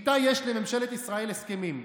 שאיתה יש לממשלת ישראל הסכמים".